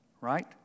Right